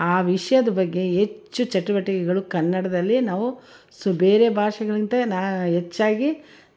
ಆ ವಿಷ್ಯದ ಬಗ್ಗೆ ಹೆಚ್ಚು ಚಟುವಟಿಕೆಗಳು ಕನ್ನಡದಲ್ಲೇ ನಾವು ಸೊ ಬೇರೆ ಭಾಷೆಗಳಿಗಿಂತ ನಾನು ಹೆಚ್ಚಾಗಿ